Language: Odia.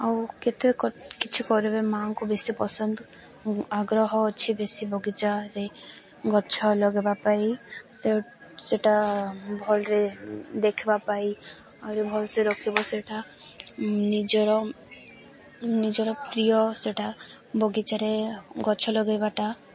ଆଉ କେତେ କିଛି କରିବେ ମା'ଙ୍କୁ ବେଶୀ ପସନ୍ଦ ଆଗ୍ରହ ଅଛି ବେଶୀ ବଗିଚାରେ ଗଛ ଲଗେଇବା ପାଇଁ ସେ ସେଇଟା ଭଲରେ ଦେଖିବା ପାଇଁ ଆହୁରି ଭଲସେ ରଖିବ ସେଇଟା ନିଜର ନିଜର ପ୍ରିୟ ସେଇଟା ବଗିଚାରେ ଗଛ ଲଗେଇବାଟା